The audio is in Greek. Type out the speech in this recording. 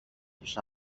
τους